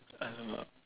alamak